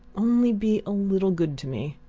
only be a little good to me!